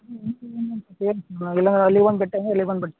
ಏನು ಇಲ್ಲ ಅಲ್ಲಿ ಒಂದು ಬಿಟ್ಟಂಗೆ ಇಲ್ಲಿ ಬಂದು ಬಿಡು